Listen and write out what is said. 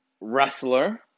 Wrestler